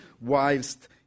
whilst